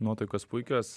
nuotakos puikios